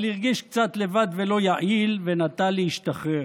אבל הרגיש קצת לבד ולא יעיל, ונטה להשתחרר,